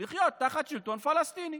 לחיות תחת שלטון פלסטיני,